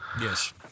Yes